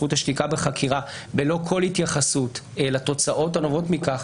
זכות השתיקה בחקירה בלא כל התייחסות לתוצאות הנובעות מכך,